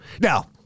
now